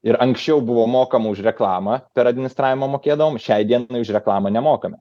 ir anksčiau buvo mokama už reklamą per administravimą mokėdavome šiai dienai už reklamą nemokame